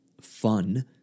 fun